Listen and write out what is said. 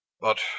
But